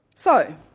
so,